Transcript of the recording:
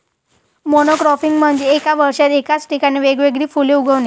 monocropping म्हणजे एका वर्षात एकाच ठिकाणी वेगवेगळी फुले उगवणे